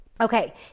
Okay